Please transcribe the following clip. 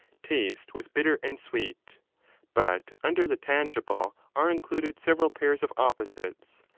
taste with bitter and sweet but under the tangible are included several pairs of opposites,